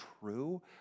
true